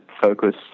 focus